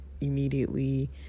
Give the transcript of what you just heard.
immediately